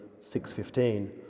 615